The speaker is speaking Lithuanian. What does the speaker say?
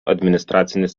administracinis